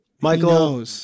Michael